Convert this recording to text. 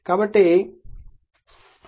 కాబట్టి 90 113